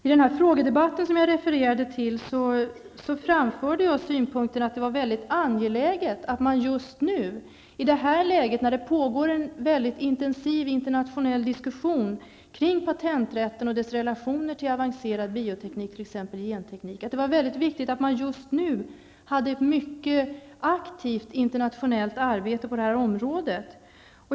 I den frågedebatt som jag refererade till framförde jag synpunkten att det var mycket angeläget att man just nu, när det pågår en mycket intensiv internationell diskussion kring patenträtten och dess relationer till avancerad bioteknik, t.ex. gentekniken, hade ett mycket aktivt internationellt arbete på detta område.